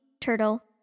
turtle